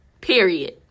Period